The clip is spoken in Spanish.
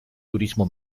turismo